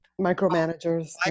micromanagers